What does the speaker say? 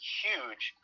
huge